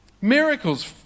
Miracles